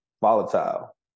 volatile